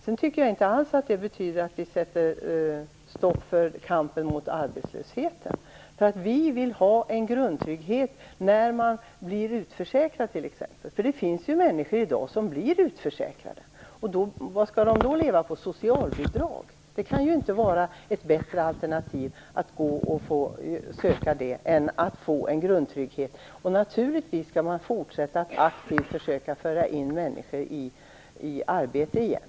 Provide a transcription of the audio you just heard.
Jag tycker inte alls att detta betyder att vi sätter stopp för kampen mot arbetslösheten. Vi vill ha en grundtrygghet för t.ex. dem som blir utförsäkrade. Det finns ju människor som blir utförsäkrade i dag, och vad skall de leva på? Skall de leva på socialbidrag? Det kan inte vara ett bättre alternativ att de måste söka socialbidrag än att de får en grundtrygghet. Man skall naturligtvis fortsätta att aktivt försöka föra in människor i arbete igen.